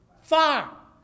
Far